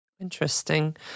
Interesting